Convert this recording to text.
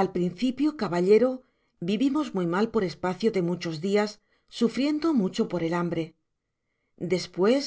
al principio caballero vivimos muy mal por espacio do muchos dias sufriendo mucho por el hambre despues